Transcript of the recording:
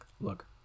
Look